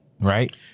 Right